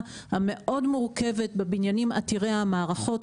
המורכבת מאוד בבניינים עתירי המערכות.